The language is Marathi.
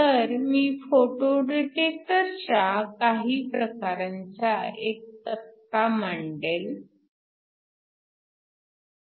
तर मी फोटो डिटेक्टरच्या काही प्रकारांचा एक तक्ता मांडेन